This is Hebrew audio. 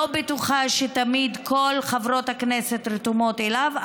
לא בטוחה שתמיד כל חברות הכנסת רתומות אליו.